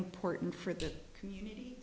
important for the community